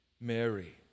Mary